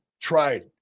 tried